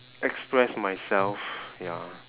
express myself ya